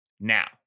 Now